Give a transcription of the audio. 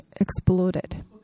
exploded